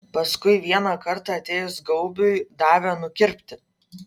paskui vieną kartą atėjus gaubiui davė nukirpti